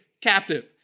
captive